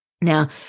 Now